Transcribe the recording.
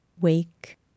Wake